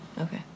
Okay